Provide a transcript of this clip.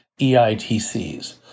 EITCs